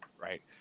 right